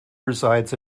resides